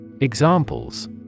Examples